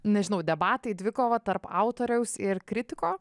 nežinau debatai dvikova tarp autoriaus ir kritiko